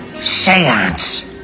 Seance